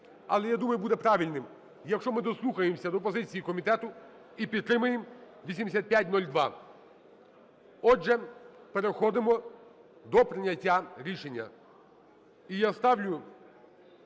Але, я думаю, буде правильним, якщо ми дослухаємося до позиції комітету і підтримаємо 8502. Отже, переходимо до прийняття рішення.